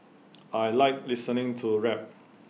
I Like listening to rap